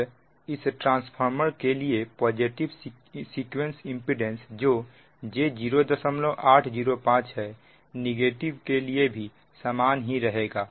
अब इस ट्रांसफार्मर के लिए पॉजिटिव सीक्वेंस इंपेडेंस जो j0805 है नेगेटिव के लिए भी समान ही रहेगा